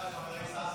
התשפ"ד 2024,